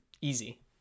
easy